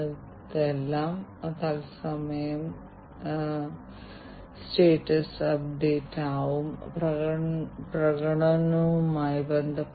അതിനാൽ വലിയ ഓട്ടോമേഷൻ വിതരണ സ്ഥാപനങ്ങൾ ഓപ്പൺ സ്റ്റാൻഡേർഡൈസേഷനെ പ്രോത്സാഹിപ്പിക്കുന്നില്ല